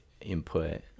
input